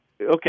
okay